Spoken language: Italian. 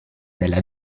della